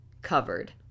covered